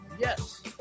Yes